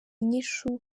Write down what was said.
inyishu